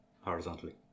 horizontally